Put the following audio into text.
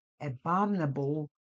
Abominable